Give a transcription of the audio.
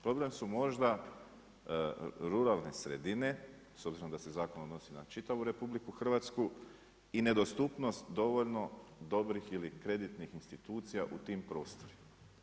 Problem su možda ruralne sredine s obzirom da se zakon odnosi na čitavu RH i nedostupnost dovoljno dobrih ili kreditnih institucija u tim prostorima.